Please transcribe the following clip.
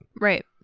Right